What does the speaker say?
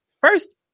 First